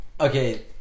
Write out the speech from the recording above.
Okay